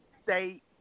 State